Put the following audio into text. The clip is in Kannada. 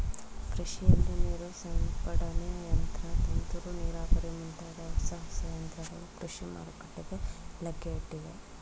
ಕೃಷಿಯಲ್ಲಿ ನೀರು ಸಿಂಪಡನೆ ಯಂತ್ರ, ತುಂತುರು ನೀರಾವರಿ ಮುಂತಾದ ಹೊಸ ಹೊಸ ಯಂತ್ರಗಳು ಕೃಷಿ ಮಾರುಕಟ್ಟೆಗೆ ಲಗ್ಗೆಯಿಟ್ಟಿವೆ